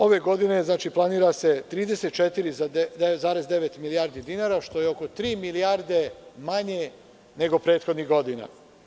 Ove godine je planira se 34,9 milijardi dinara, što je oko tri milijarde manje nego prethodnih godina.